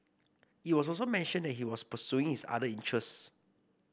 it was also mentioned that he was pursuing his other interests